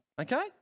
Okay